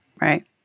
Right